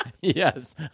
Yes